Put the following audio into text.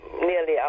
nearly